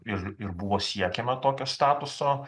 ir ir buvo siekiama tokio statuso